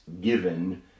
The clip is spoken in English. given